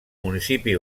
municipi